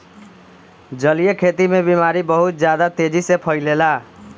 जलीय खेती में बीमारी बहुत ज्यादा तेजी से फइलेला